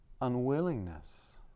unwillingness